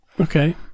Okay